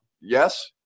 Yes